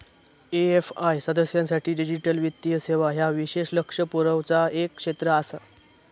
AFI सदस्यांसाठी digital वित्तीय सेवा ह्या विशेष लक्ष पुरवचा एक क्षेत्र आसा